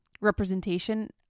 representation